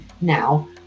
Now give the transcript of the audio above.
now